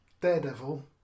Daredevil